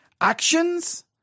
actions